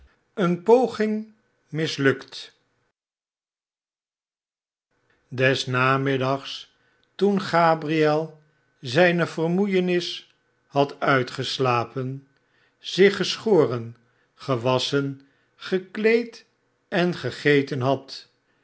eene poging mislukt des namiddags toen gabriel zijne vermoeienis had uitgeslapen r zich geschoren gewasschen gekleed en gegeten had